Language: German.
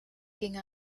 ginge